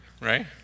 right